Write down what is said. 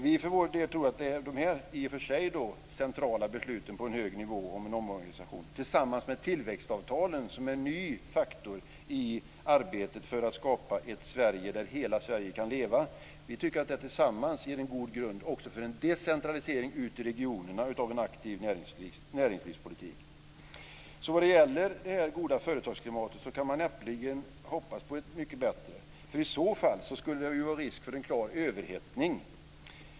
Vi för vår del tror att dessa i och för sig centrala beslut på en hög nivå om en omorganisation tillsammans med tillväxtavtalen, som är en ny faktor i arbetet för att skapa ett Sverige där hela Sverige kan leva, ger en god grund också för en decentralisering ute i regionerna av en aktiv näringslivspolitik. Vad det gäller det goda företagsklimatet kan man näppeligen hoppas på ett mycket bättre, för i så fall skulle det ju vara risk för en klar överhettning.